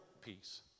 peace